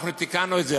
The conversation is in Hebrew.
אנחנו תיקנו את זה,